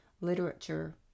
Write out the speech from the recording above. Literature